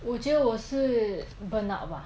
我觉得我是 burnout bah